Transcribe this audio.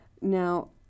Now